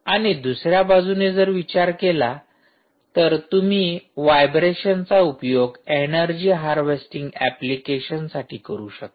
आणि दुसऱ्या बाजूने विचार केला तर तुम्ही व्हायब्रेशन्स चा उपयोग एनर्जी हार्वेस्टिंग एप्लीकेशनसाठी करू शकता